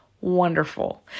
Wonderful